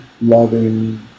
loving